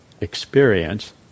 experience